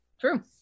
True